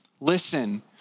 Listen